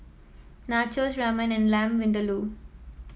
Nachos Ramen and Lamb Vindaloo